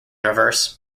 reverse